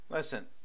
Listen